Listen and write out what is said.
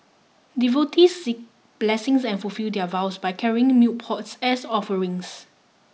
devotees seek blessings and fulfil their vows by carrying milk pots as offerings